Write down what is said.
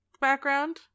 background